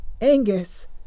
Angus